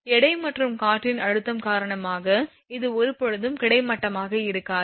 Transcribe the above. எடை மற்றும் காற்றின் அழுத்தம் காரணமாக இது ஒருபோதும் கிடைமட்டமாக இருக்காது